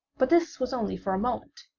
but this was only for a moment.